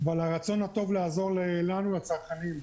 ועל הרצון הטוב לעזור לנו, הצרכנים.